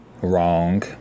Wrong